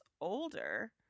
older